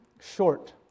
short